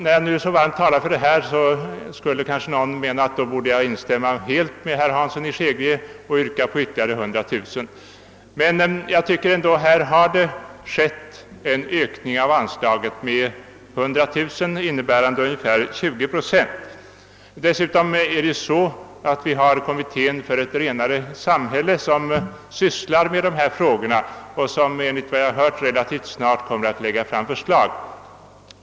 När jag nu så varmt talar för detta skulle man ju kunna tycka att jag borde kunna instämma helt i det yrkande om ytterligare 100 000 kronor som ställts av herr Hansson i Skegrie. Men anslaget har redan ökats med 100000 kronor, d.v.s. med ungefär 20 procent. Dessutom sysslar kommittén för ett renare samhälle med dessa frågor. Den kommer enligt vad jag har hört relativt snart att lägga fram ett förslag.